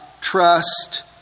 trust